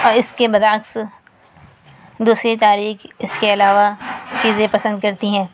اور اس کے برعکس دوسری تاریخ اس کے علاوہ چیزیں پسند کرتی ہیں